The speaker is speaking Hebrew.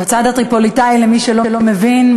מהצד הטריפוליטאי, למי שלא מבין.